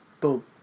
Boom